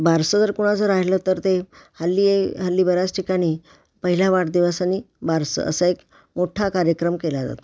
बारसं जर कोणाचं राहिलं तर ते हल्ली हल्ली बऱ्याच ठिकाणी पहिल्या वाढदिवसानी बारसं असा एक मोठ्ठा कार्यक्रम केला जातो